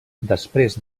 després